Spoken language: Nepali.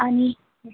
अनि